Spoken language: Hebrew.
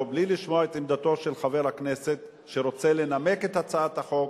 או בלי לשמוע את עמדתו של חבר הכנסת שרוצה לנמק את הצעת החוק,